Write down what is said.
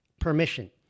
permission